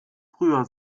früher